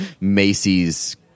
Macy's